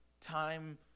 time